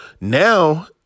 now